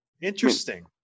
Interesting